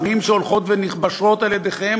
בערים שהולכות ונכבשות על-ידיכם,